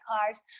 cars